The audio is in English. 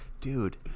Dude